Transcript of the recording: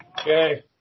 Okay